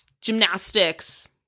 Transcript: Gymnastics